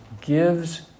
gives